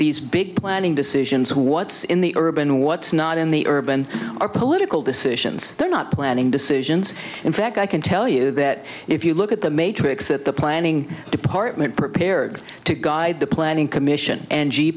these big planning decisions what's in the urban what's not in the urban are political decisions they're not planning decisions in fact i can tell you that if you look at the matrix at the planning department prepared to guide the planning commission an